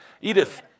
Edith